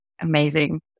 Amazing